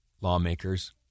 lawmakers